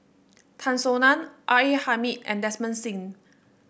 Tan Soo Nan R A Hamid and Desmond Sim